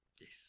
Yes